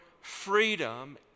freedom